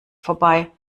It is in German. vorbei